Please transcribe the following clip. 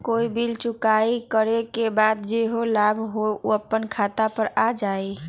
कोई बिल चुकाई करे के बाद जेहन लाभ होल उ अपने खाता पर आ जाई?